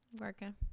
Working